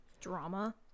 Drama